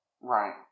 Right